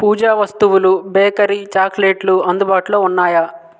పూజా వస్తువులు బేకరీ చాక్లెట్లు అందుబాటులో ఉన్నాయా